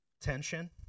tension